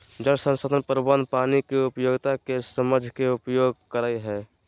जल संसाधन प्रबंधन पानी के उपयोगिता के समझ के उपयोग करई हई